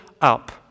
up